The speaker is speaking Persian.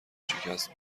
شکست